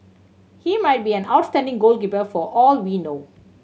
he might be an outstanding goalkeeper for all we know